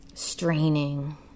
straining